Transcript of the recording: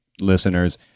listeners